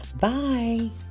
Bye